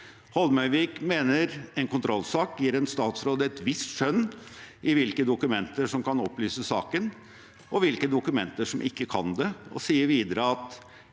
Holmøyvik mener en kontrollsak gir en statsråd et visst skjønn i hvilke dokumenter som kan opplyse saken, og hvilke dokumenter som ikke kan det, og sier videre: